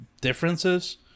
differences